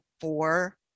four